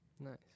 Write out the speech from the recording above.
Nice